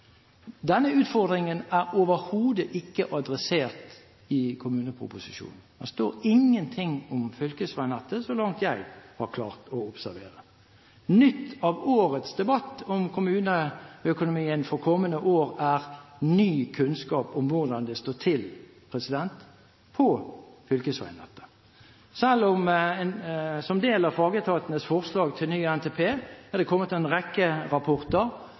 Denne utfordringen er overhodet ikke adressert i kommuneproposisjonen. Det står ingenting om fylkesveinettet, så langt jeg har klart å observere. Nytt i årets debatt om kommuneøkonomien for kommende år er ny kunnskap om hvordan det står til på fylkesveinettet. Som del av fagetatenes forslag til ny NTP er det kommet en rekke rapporter.